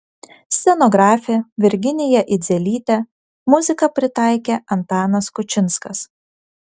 scenografė virginija idzelytė muziką pritaikė antanas kučinskas